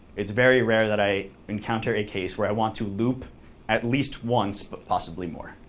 it's very rare that i encounter a case where i want to loop at least once but possibly more.